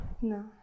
no